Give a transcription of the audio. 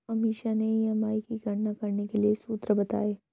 अमीषा ने ई.एम.आई की गणना करने के लिए सूत्र बताए